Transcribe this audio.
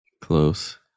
Close